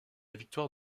victoire